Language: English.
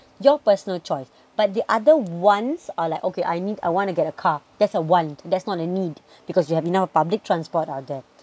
your personal choice but the other ones are like okay I need I want to get a car that's a want that's not a need because you have you enough public transport out there